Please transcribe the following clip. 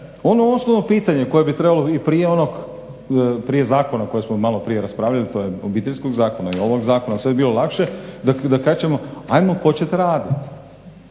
ono osnovno pitanje koje bi trebalo i prije onog, prije zakona koji smo malo prije raspravljali, to je obiteljskog zakona i ovog zakona, sve je bilo lakše, ajmo počet radit,